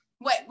wait